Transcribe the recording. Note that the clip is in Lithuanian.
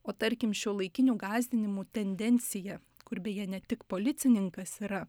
o tarkim šiuolaikinių gąsdinimų tendencija kur beje ne tik policininkas yra